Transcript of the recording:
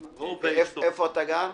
איפה אתה גר?